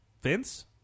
Vince